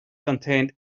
contained